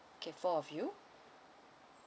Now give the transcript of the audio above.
okay four of you